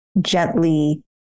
gently